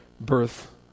birth